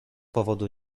powodu